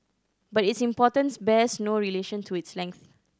but its importance bears no relation to its length